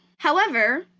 however,